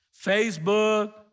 Facebook